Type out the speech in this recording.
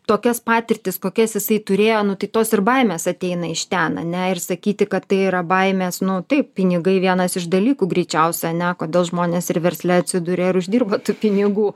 tokias patirtis kokias jisai turėjo nu tai tos ir baimės ateina iš ten ane ir sakyti kad tai yra baimės nu taip pinigai vienas iš dalykų greičiausia ane kodėl žmonės ir versle atsiduria ir uždirba tų pinigų